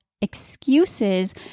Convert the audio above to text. excuses